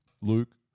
Luke